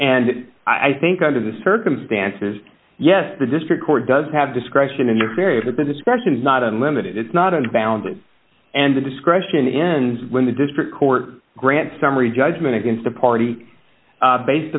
and i think under the circumstances yes the district court does have discretion in this area the discretion is not unlimited it's not a boundary and the discretion ends when the district court grant summary judgment against a party based